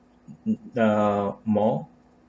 uh more